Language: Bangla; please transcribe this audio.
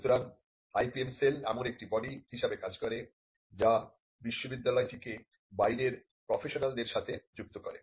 সুতরাং IPM সেল এমন একটি বডি হিসাবে কাজ করে যা বিশ্ববিদ্যালয়টিকে বাইরের প্রফেশনালদের সাথে যুক্ত করে